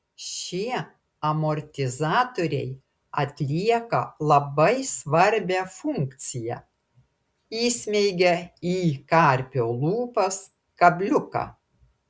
šie amortizatoriai atlieka labai svarbią funkciją įsmeigia į karpio lūpas kabliuką